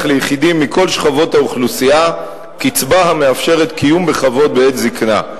ליחידים מכל שכבות האוכלוסייה קצבה המאפשרת קיום בכבוד בעת זיקנה.